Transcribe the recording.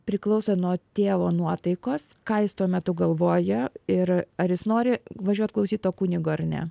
priklauso nuo tėvo nuotaikos ką jis tuo metu galvoja ir ar jis nori važiuot klausyt to kunigo ar ne